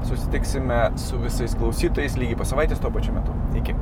susitiksime su visais klausytojais lygiai po savaitės tuo pačiu metu iki